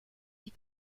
die